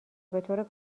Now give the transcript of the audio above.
بطور